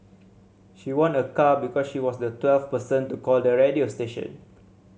she won a car because she was the twelfth person to call the radio station